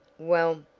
well,